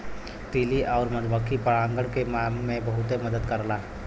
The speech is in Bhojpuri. तितली आउर मधुमक्खी परागण के काम में बहुते मदद करला